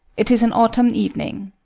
it is an autumn evening.